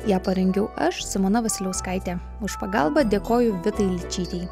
ją parengiau aš simona vasiliauskaitė už pagalbą dėkoju vitai ličytei